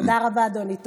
תודה רבה, אדוני.